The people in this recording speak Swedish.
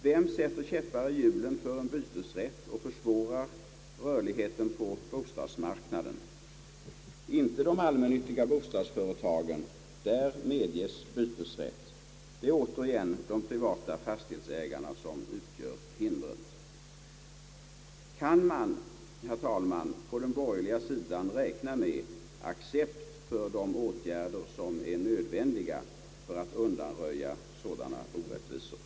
Vem sätter käppar i hjulen för en bytesrätt och försvårar rörligheten på bostadsmarknaden? Inte de allmännyttiga bostadsföretagen, där bytesrätt medges. Det är återigen de privata fastighetsägarna som utgör hindret. Kan man, herr talman, på den borgerliga sidan räkna med accepterande av de åtgärder som är nödvändiga för att undanröja sådana orättvisor?